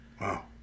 Wow